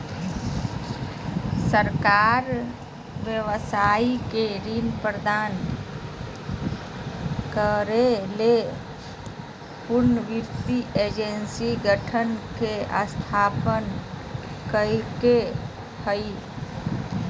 सरकार व्यवसाय के ऋण प्रदान करय ले पुनर्वित्त एजेंसी संगठन के स्थापना कइलके हल